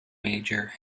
major